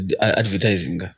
advertising